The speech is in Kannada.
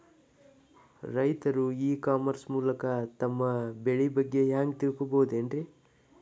ರೈತರು ಇ ಕಾಮರ್ಸ್ ಮೂಲಕ ತಮ್ಮ ಬೆಳಿ ಬಗ್ಗೆ ಹ್ಯಾಂಗ ತಿಳ್ಕೊಬಹುದ್ರೇ?